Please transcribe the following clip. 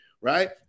right